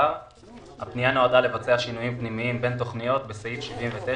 הפנייה נועדה לבצע שינויים פנימיים בין תוכניות בסעיף 79,